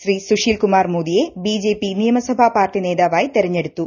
ശ്രീ സുശീൽ കുമാർ മോദിയെ ബിജെപി നിയമസഭാ പാർട്ടി നേതാവായി തിരഞ്ഞെടുത്തു